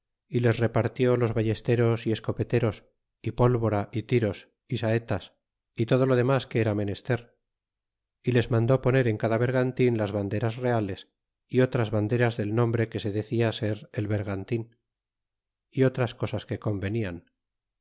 y les repartió los ballesteros y escopeteros y pólvora y tiros é saetas y todo lo demas que era menester y les mandó poner en cada vergantin las banderas reales y otras banderas del nombre que se decia ser el yergan tin y otras cosas que convenian